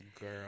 girl